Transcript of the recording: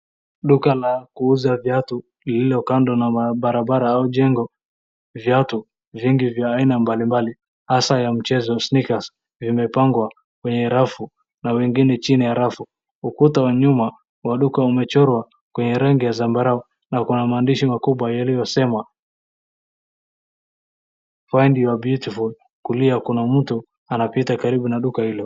Duka la kuuza viatu lilokando na barabara au chengo. Viatu vingi vya aina mbali mbali hasa ya mchezo sneakers vimepagwa kwenye rafu na wengine chini ya rafu. Ukuta wa nyuma wa duka umechorwa kwenye rangi ya zabarao na ikona maandishi makubwa yaliyosema find your beatiful . Kulia kuna mtu karibu na duka hilo.